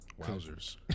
wowzers